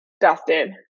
Dustin